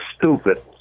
stupid